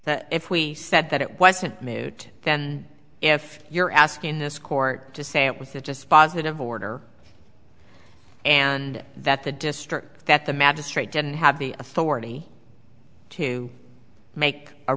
then if we said that it wasn't moot then if you're asking this court to say it was the dispositive order and that the district that the magistrate didn't have the authority to make a